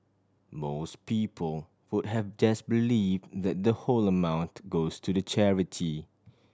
most people would have just believe that the whole amount goes to the charity